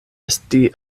esti